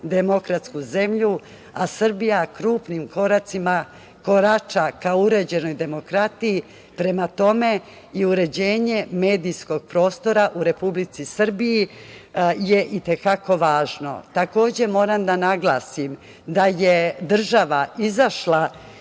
demokratsku zemlju, a Srbija krupnim koracima korača ka uređenoj demokratiji. Prema tome, i uređenje medijskog prostora u Republici Srbiji je i te kako važno. Takođe, moram da naglasim da je država izašla